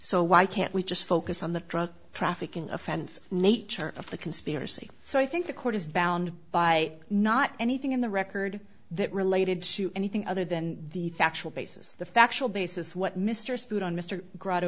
so why can't we just focus on the drug trafficking offense nature of the conspiracy so i think the court is bound by not anything in the record that related to anything other than the factual basis the factual basis what mr stewart on mr gr